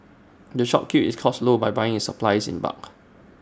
the shop keeps its costs low by buying its supplies in bulk